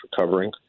recovering